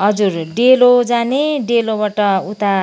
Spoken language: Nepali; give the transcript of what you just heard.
हजुर डेलो जाने डेलोबाट उता